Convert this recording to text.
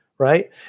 right